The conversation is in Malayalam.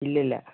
ഇല്ല ഇല്ല